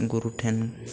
ᱜᱩᱨᱩ ᱴᱷᱮᱱ